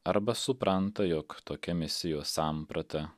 arba supranta jog tokia misijos samprata